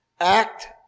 act